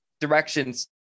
directions